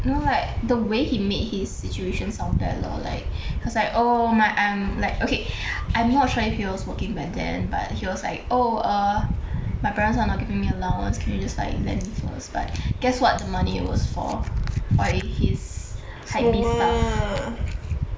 no like the way he made his situation sound bad lor he was like oh my I'm like okay I'm not sure if he was smoking back then but he was like oh err my parents not giving me allowance can you just like lend me first but guess what the money was for buy his hypebeast stuff